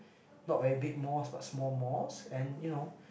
not very big mosque but small mosque and you know